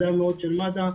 הנכבדה מאוד של מד"א,